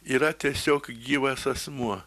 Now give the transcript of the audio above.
yra tiesiog gyvas asmuo